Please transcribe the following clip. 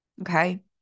Okay